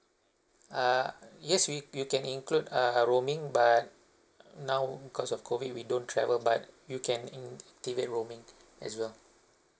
err yes you you can include err roaming but now because of COVID we don't travel but you can in~ activate roaming as well